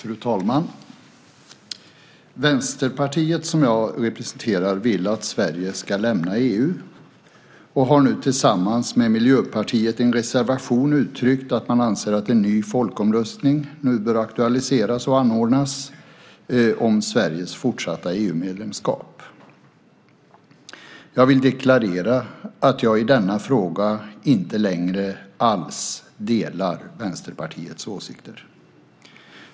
Fru talman! Vänsterpartiet, som jag representerar, vill att Sverige ska lämna EU och har nu tillsammans med Miljöpartiet i en reservation uttryckt att man anser att en ny folkomröstning bör aktualiseras och anordnas om Sveriges fortsatta EU-medlemskap. Jag vill deklarera att jag i denna fråga inte längre alls delar Vänsterpartiets åsikter.